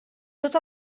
tot